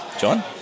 John